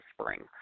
spring